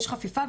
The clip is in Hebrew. יש חפיפה,